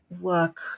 work